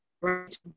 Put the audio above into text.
right